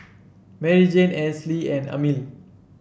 Maryjane Ansley and Amil